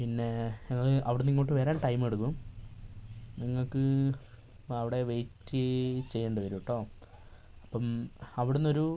പിന്നേ ഞങ്ങൾ അവിടെനിന്ന് ഇങ്ങോട്ട് വരാൻ ടൈം എടുക്കും നിങ്ങൾക്ക് ഇപ്പോൾ അവിടെ വെയ്റ്റ് ചെയ്യേണ്ടി വരും കേട്ടോ അപ്പം അവിടെനിന്ന് ഒരു